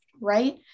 right